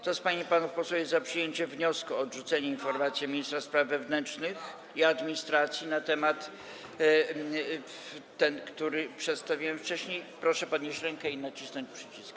Kto z pań i panów posłów jest za przyjęciem wniosku o odrzucenie informacji ministra spraw wewnętrznych i administracji na temat, który przedstawiłem wcześniej, proszę podnieść rękę i nacisnąć przycisk.